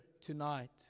tonight